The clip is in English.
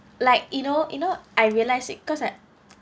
like you know you know I realise it because I